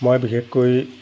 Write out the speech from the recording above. মই বিশেষকৈ